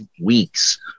weeks